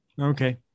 Okay